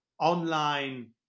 online